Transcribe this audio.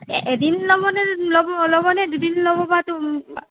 এদিন ল'ব নে ল'ব ল'বনে দুদিন ল'ব বা টো